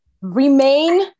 Remain